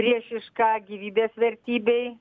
priešiška gyvybės vertybei